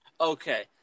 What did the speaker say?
Okay